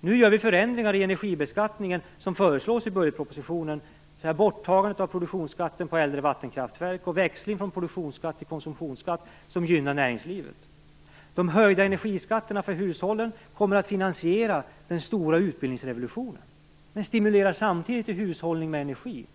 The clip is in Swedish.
Nu gör vi förändringar i energibeskattningen, något som föreslås i budgetpropositionen. Det gäller borttagandet av produktionsskatten på äldre vattenkraftverk och en växling från produktionsskatt till konsumtionsskatt som gynnar näringslivet. De höjda energiskatterna för hushållen kommer att finansiera den stora utbildningsrevolutionen men stimulerar samtidigt till hushållning med energi.